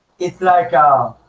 it's like a